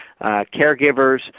caregivers